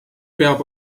peab